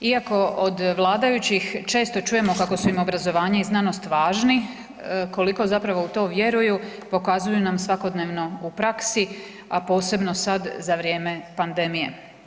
Iako od vladajućih često čujemo kako su im obrazovanje i znanost važni, koliko zapravo u to vjeruju, pokazuju nam svakodnevno u praksi, a posebno sad za vrijeme pandemije.